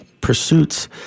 pursuits